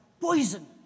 poison